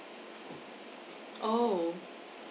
oh